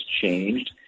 changed